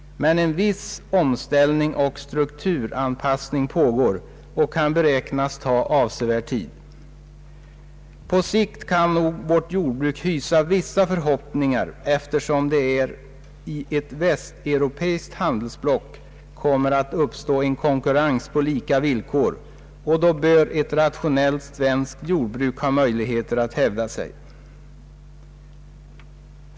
Men en viss omställning och strukturanpassning pågår och kan beräknas ta avsevärd tid. På sikt kan nog vårt jordbruk hysa vissa förhoppningar, eftersom det i ett västeuropeiskt handelsblock kommer att uppstå en konkurrens på lika villkor, och då bör ett rationellt svenskt jordbruk ha möjligheter att hävda sig.